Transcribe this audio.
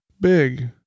Big